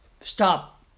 stop